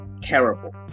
terrible